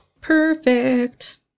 Perfect